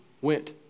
went